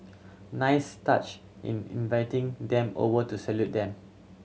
nice touch in inviting them over to salute them